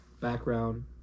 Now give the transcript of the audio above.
background